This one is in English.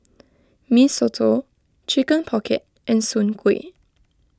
Mee Soto Chicken Pocket and Soon Kway